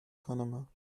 panama